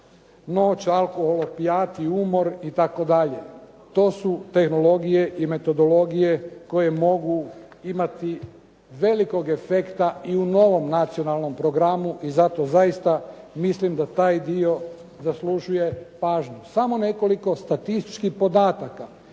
noć, alkohol, opijati, umor itd.. To su tehnologije i metodologije koje mogu imati velikog efekta i u novom nacionalnom programu i zato zaista mislim da taj dio zaslužuje pažnju. Samo nekoliko statističkih podataka